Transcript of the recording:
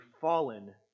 fallen